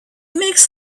makes